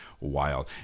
wild